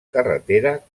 carretera